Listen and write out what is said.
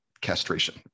castration